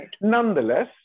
Nonetheless